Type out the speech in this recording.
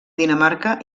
dinamarca